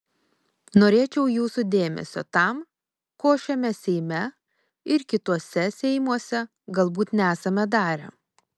norėčiau jūsų dėmesio tam ko šiame seime ir kituose seimuose galbūt nesame darę